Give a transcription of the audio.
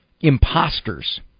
imposters